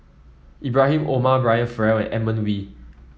Ibrahim Omar Brian Farrell and Edmund Wee